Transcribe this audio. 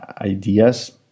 ideas